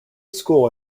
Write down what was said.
school